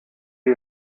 die